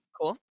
Cool